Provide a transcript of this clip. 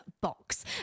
Box